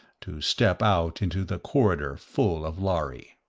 to step out into the corridor full of lhari.